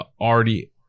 already